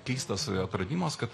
keistas atradimas kad